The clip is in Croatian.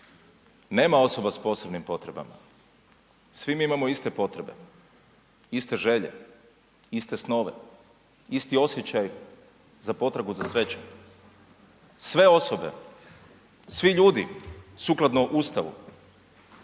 Nema osoba s posebnim potrebama, svi mi imamo iste potrebe, iste želje, iste snove, isti osjećaj za potrebu za srećom. Sve osobe, svi ljudi sukladno Ustavu,